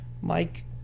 Mike